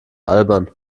albern